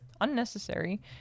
unnecessary